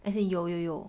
as in 有有有